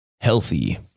healthy